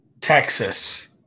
Texas